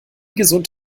gesund